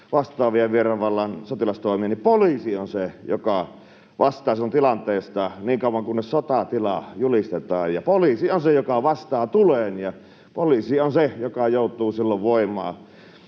vastaavia vieraan vallan sotilastoimia, niin poliisi on se, joka vastaa silloin tilanteesta niin kauan, kunnes sotatila julistetaan. Poliisi on se, joka vastaa tuleen, ja poliisi on se, joka joutuu silloin voimaa